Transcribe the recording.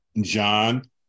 John